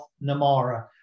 Namara